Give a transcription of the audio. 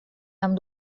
amb